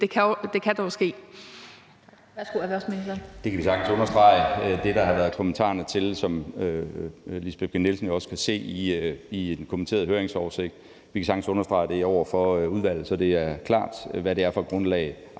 Det kan jeg sige.